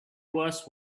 worse